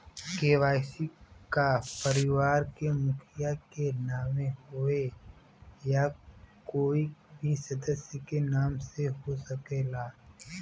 KCC का परिवार के मुखिया के नावे होई या कोई भी सदस्य के नाव से हो सकेला?